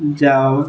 ଯାଅ